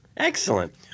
Excellent